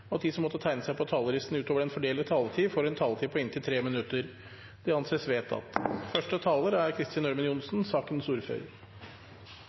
og at de som måtte tegne seg på talerlisten utover den fordelte taletid, får en taletid på inntil 3 minutter. – Det anses vedtatt.